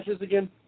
again